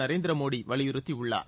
நரேந்திர மோடி வலியுறத்தியுள்ளார்